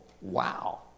wow